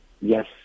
yes